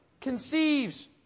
conceives